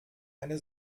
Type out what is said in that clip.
eine